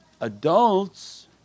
Adults